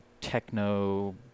techno